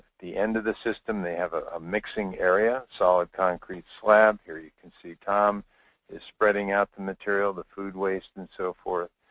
the end of the system, they have a mixing area, solid concrete slab. here you can see tom is spreading out the material, the food waste and so forth.